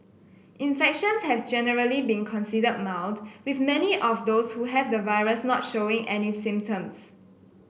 infections have generally been considered mild with many of those who have the virus not showing any symptoms